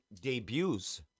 debuts